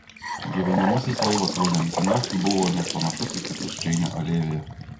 gyvenamasis laivas valentina buvo nepanašus į kitus čeinio alėjoje